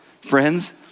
friends